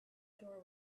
door